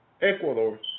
Ecuador